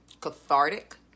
cathartic